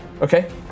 Okay